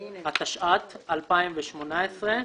התשע"ט-2018.